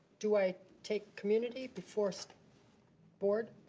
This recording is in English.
do i take community before so board?